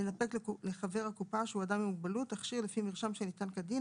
לנפק לחבר הקופה שהוא אדם עם מוגבלות תכשיר לפי מרשם שניתן כדין,